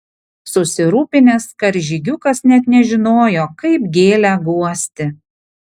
susirūpinęs karžygiukas net nežinojo kaip gėlę guosti